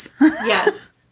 Yes